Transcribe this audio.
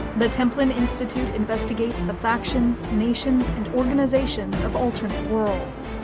the templin institute investigates the factions, nations, and organizations of alternate worlds.